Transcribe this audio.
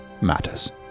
matters